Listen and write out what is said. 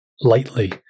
lightly